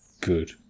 good